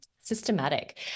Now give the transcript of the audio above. systematic